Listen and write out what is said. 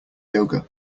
yoga